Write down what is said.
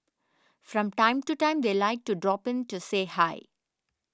from time to time they like to drop in to say hi